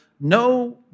no